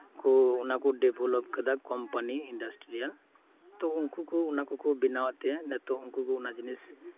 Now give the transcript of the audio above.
ᱚᱱᱟᱠᱚ ᱰᱮᱵᱷᱮᱞᱚᱯ ᱟᱠᱟᱫᱟ company industrial ᱛᱚ ᱩᱱᱠᱩ ᱠᱚ ᱚᱱᱟᱠᱚᱠᱚ ᱵᱮᱱᱟᱣᱟᱜ ᱛᱮ ᱱᱤᱛᱚᱜ ᱩᱱᱠᱩ ᱠᱚ ᱚᱱᱟ ᱡᱤᱱᱤᱥ